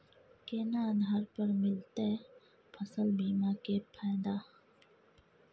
केना आधार पर मिलतै फसल बीमा के फैदा?